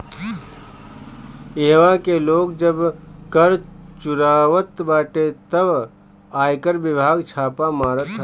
इहवा के लोग जब कर चुरावत बाटे तअ आयकर विभाग छापा मारत हवे